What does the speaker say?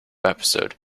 episode